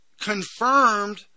confirmed